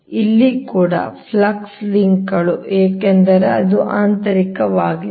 ಆದ್ದರಿಂದ ಇಲ್ಲಿ ಕೂಡ ಫ್ಲಕ್ಸ್ ಲಿಂಕ್ಗಳು ಏಕೆಂದರೆ ಅದು ಆಂತರಿಕವಾಗಿದೆ